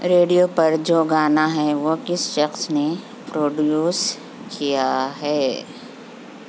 radio پر جو گانا ہے وہ کس شخص نے پروڈیوس کیا ہے